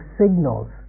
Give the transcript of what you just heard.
signals